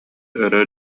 өрө